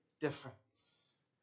difference